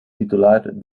titular